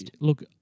look